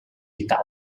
vital